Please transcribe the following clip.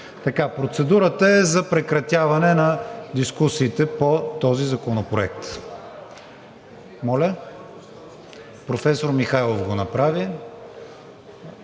Процедурата е за прекратяване на дискусиите по този законопроект.